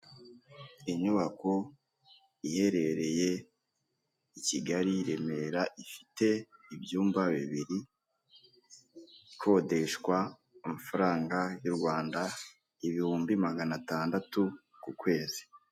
Inyubako iherereye i Kigali Remera ifite ibyumba bibiri ikodeshwa amafaranga y'u Rwanda ibihumbi magana atandatu ku kwezi.